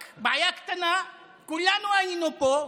רק בעיה קטנה, כולנו היינו פה,